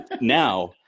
now